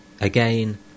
Again